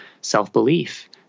self-belief